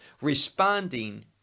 responding